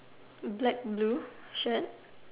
black blue shirt